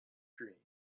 dreams